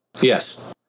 Yes